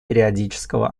периодического